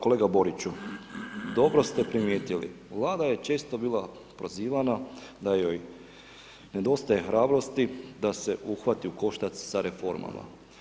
Kolega Boriću, dobro ste primijetili, vlada je često bila prozivana da joj nedostaje hrabrosti, da se uhvati u koštac sa reformama.